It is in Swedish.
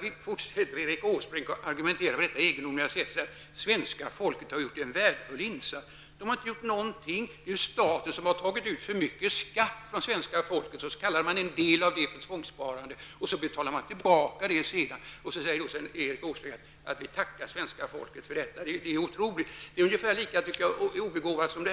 Herr talman! Erik Åsbrink fortsätter här att argumentera på detta egendomliga sätt. Han säger att svenska folket har gjort en värdefull insats. Folket har inte gjort någonting. Det är tvärtom staten som har tagit ut för mycket skatt av svenska folket och kallar en del av det för tvångssparande och betalar tillbaka detta senare. Erik Åsbrink tackar svenska folket för detta. Det är otroligt. Det är ungefär lika obegåvat som de